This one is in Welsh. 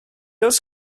oes